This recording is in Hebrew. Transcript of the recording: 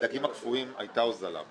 בדגים הקפואים, הייתה הוזלה.